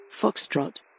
Foxtrot